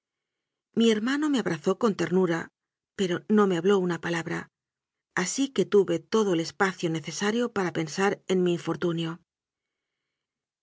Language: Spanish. mi hermano me abrazó con ternura pero no me habló una palabra así que tuve todo el es pacio necesario para pensar en mi infortunio